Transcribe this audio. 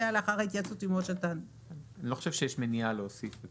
אני לא חושב שיש מניעה להוסיף את זה.